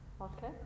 Okay